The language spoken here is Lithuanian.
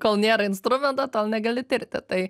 kol nėra instrumento tol negali tirti tai